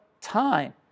time